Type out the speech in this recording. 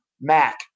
Mac